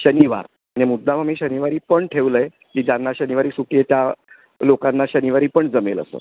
शनिवार आणि मुद्दाम आम्ही शनिवारी पण ठेवलं आहे की ज्यांना शनिवारी सुटी आहे त्या लोकांना शनिवारी पण जमेल असं